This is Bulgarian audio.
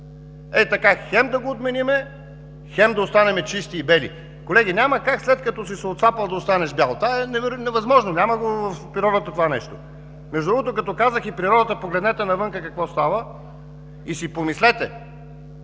Хей така: хем да го отменим, хем да останем бели и чисти. Колеги, няма как, след като си се оцапал, да останеш бял. Това е невъзможно. Няма го в природата това нещо. Между другото, като казах „природата“, погледнете навън какво става. Помислете